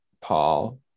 Paul